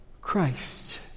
Christ